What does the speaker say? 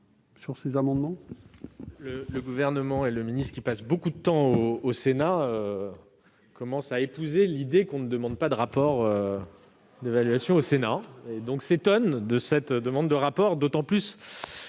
de ces amendements ;